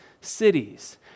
cities